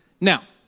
Now